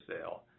sale